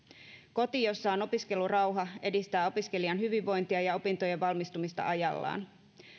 koti jossa on opiskelurauha edistää opiskelijan hyvinvointia ja opintojen valmistumista ajallaan